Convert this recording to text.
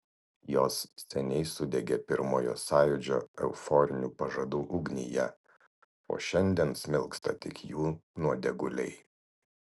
jos seniai sudegė pirmojo sąjūdžio euforinių pažadų ugnyje o šiandien smilksta tik jų nuodėguliai